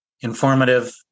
informative